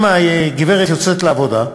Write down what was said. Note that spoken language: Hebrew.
אם הגברת יוצאת לעבודה,